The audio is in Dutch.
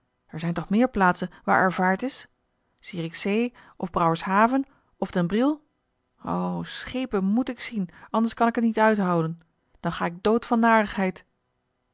er zijn toch meer plaatsen waar er vaart is zierikzee of brouwershaven of den briel o schepen moet ik zien anders kan ik het niet uithouden dan ga ik dood van